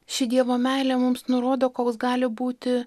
ši dievo meilė mums nurodo koks gali būti